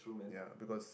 ya because